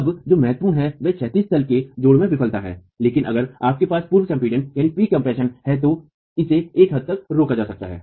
अब जो महत्वपूर्ण है वह क्षैतिज तल के जोड़ों में विफलता है लेकिन अगर आपके पास पूर्व संपीडन है तो इसे एक हद तक रोका जा सकता है